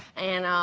and,